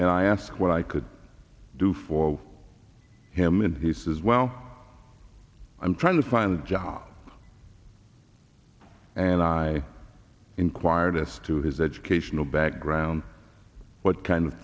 and i asked what i could do for him and he says well i'm trying to find a job and i inquired as to his educational background what kind of